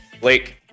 blake